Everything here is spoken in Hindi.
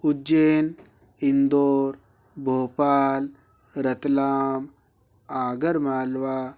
उज्जैन इंदौर भोपाल रतलाम आगर मालवा